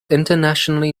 internationally